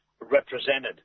represented